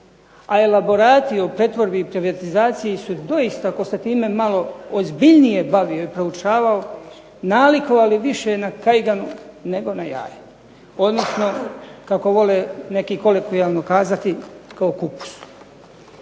A elaborati o pretvorbi i privatizaciji su doista ako se time malo ozbiljnije bavio i proučavao nalikovali više na kajganu nego na jaje, odnosno kako vole neki kolokvijalno kazati kao kupus.